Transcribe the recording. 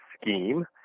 Scheme